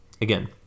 again